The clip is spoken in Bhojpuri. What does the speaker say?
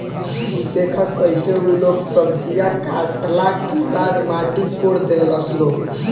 उ देखऽ कइसे उ लोग सब्जीया काटला के बाद माटी कोड़ देहलस लो